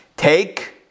Take